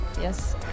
yes